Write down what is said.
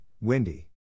windy